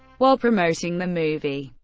while promoting the movie,